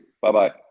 Bye-bye